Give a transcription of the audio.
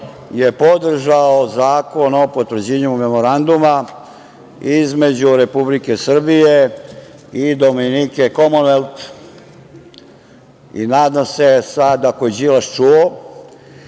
je podržao zakon o potvrđivanju Memoranduma između Republike Srbije i Dominike Komonvelt. Nadam se sada, ako je Đilas čuo